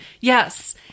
yes